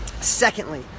Secondly